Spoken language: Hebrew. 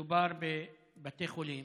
מדובר בבתי חולים